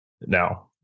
now